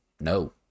no